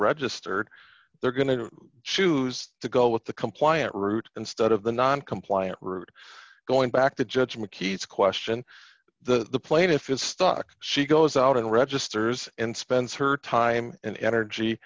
registered they're going to choose to go with the compliant route instead of the non compliant route going back to judge mckee's question the plaintiff is stuck she goes out and registers and spends her time and energy